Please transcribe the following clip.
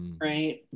Right